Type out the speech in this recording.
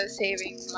saving